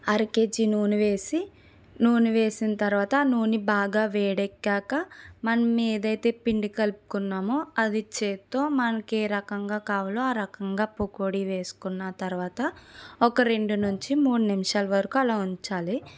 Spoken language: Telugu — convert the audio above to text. అర కేజీ నూనె వేసి నూనె వేసిన తర్వాత ఆ నూనె బాగా వేడెక్కాక మనం ఏదైతే పిండి కలుపుకున్నామో అది చేత్తో మనకి ఏ రకంగా కావాలో ఆ రకంగా పకోడి వేసుకున్న తర్వాత ఒక రెండు నుంచి మూడు నిమిషాల వరకు అలా ఉంచాలి